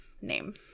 name